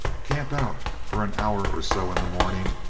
camp out for an hour or so in the morning,